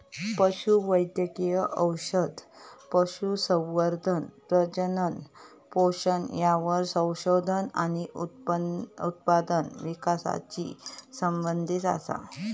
पशु वैद्यकिय औषध, पशुसंवर्धन, प्रजनन, पोषण यावर संशोधन आणि उत्पादन विकासाशी संबंधीत असा